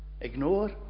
Ignore